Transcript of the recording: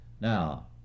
Now